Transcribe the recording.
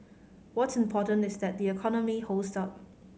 what's important is that the economy holds up